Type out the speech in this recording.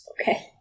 Okay